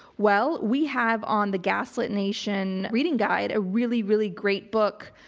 well, we have on the gaslit nation reading guide, a really, really great book.